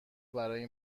برای